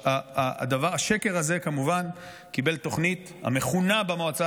השקר הזה כמובן קיבל תוכנית המכונה במועצה